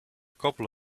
couple